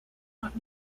want